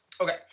okay